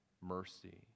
mercy